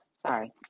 Sorry